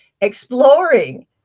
Exploring